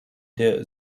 der